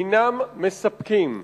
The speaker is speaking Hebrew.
הינם מספקים?